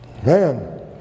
Man